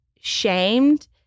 shamed